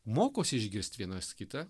mokosi išgirst vienas kitą